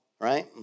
right